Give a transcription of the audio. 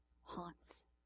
haunts